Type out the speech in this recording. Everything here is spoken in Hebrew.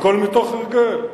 הכול מתוך הרגל.